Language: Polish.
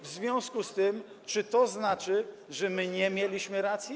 W związku z tym czy to znaczy, że my nie mieliśmy racji?